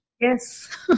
Yes